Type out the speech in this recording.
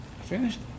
Finished